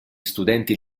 studenti